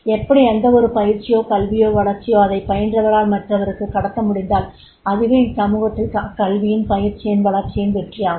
அப்படி எந்தவொரு பயிற்சியோ கல்வியோ வளர்ச்சியோ அதைப் பயின்றவரால் மற்றொருவருக்கு கடத்த முடிந்தால் அதுவே இச்சமூகத்தில் அக்கல்வியின் அப்பயிற்சியின் அவ்வளர்ச்சியின் வெற்றியாகும்